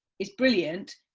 is brilliant,